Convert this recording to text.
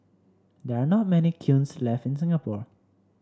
there are not many kilns left in Singapore